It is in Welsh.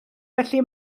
felly